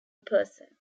person